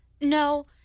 No